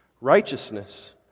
righteousness